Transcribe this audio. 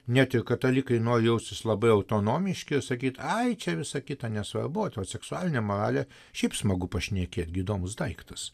net ir katalikai nuo jausis labai autonomiški sakyti ai čia visa kita nesvarbu vat o seksualinė moralė šiaip smagu pašnekėti gi įdomus daiktas